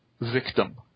victim